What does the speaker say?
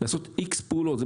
לעשות כך וכך פעולות.